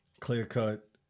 clear-cut